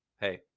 hey